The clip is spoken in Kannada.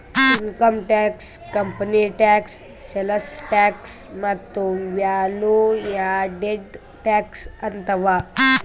income tax, company tax, sales tax ಮತ್ತ ವ್ಯಾಲೂ ಯಾಡೆಡ್ ಟ್ಯಾಕ್ಸ್ ಅಂತ್ ಅವಾ